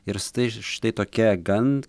ir stai štai tokia gan